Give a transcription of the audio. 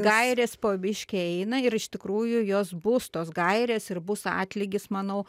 gairės po biški eina ir iš tikrųjų jos bus tos gairės ir bus atlygis manau